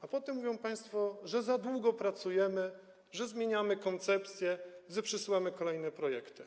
a potem mówią państwo, że za długo pracujemy, że zmieniamy koncepcje, że przysyłamy kolejne projekty.